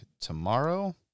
tomorrow